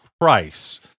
price